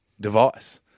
device